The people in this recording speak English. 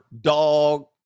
dog